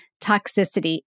toxicity